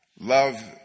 Love